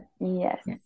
yes